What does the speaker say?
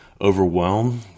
overwhelm